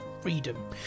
freedom